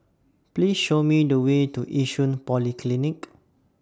Please Show Me The Way to Yishun Polyclinic